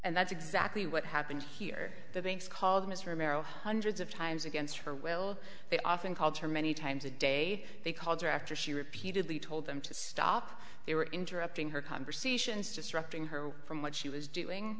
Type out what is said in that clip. and that's exactly what happened here the banks called mr merrill hundreds of times against her will they often called her many times a day they called her after she repeatedly told them to stop they were interrupting her conversations disrupting her from what she was doing